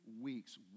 weeks